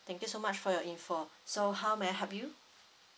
thank you so much for your info so how may I help you